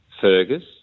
Fergus